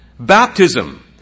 baptism